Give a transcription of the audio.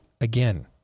again